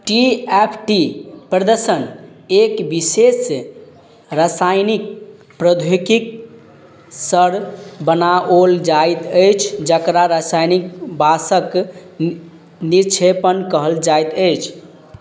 T F T प्रदर्शन एक बिशेष रसायनिक प्रौद्योकीक सड़ बनाओल जाइत अछि जकरा रसायनिक बासक निक्षेपण कहल जाइत अछि